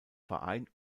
verein